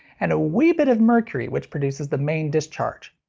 and a wee bit of mercury which produces the main discharge.